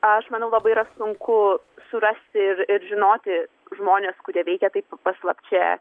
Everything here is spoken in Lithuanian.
aš manau labai yra sunku surasti ir ir žinoti žmones kurie veikia taip paslapčia